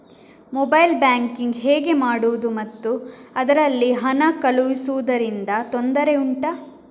mobile banking ಹೇಗೆ ಮಾಡುವುದು ಮತ್ತು ಅದರಲ್ಲಿ ಹಣ ಕಳುಹಿಸೂದರಿಂದ ತೊಂದರೆ ಉಂಟಾ